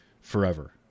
forever